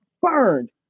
burned